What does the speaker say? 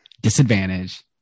disadvantage